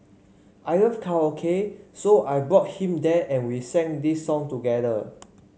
I love karaoke so I brought him there and we sang this song together